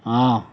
ହଁ